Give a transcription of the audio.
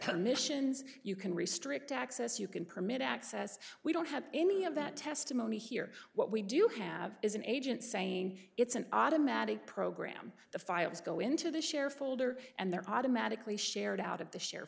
commissions you can restrict access you can permit access we don't have any of that testimony here what we do have is an agent saying it's an automatic program the files go into the share folder and they're automatically shared out of th